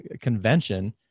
convention